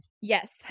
Yes